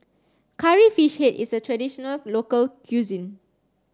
curry fish head is a traditional local cuisine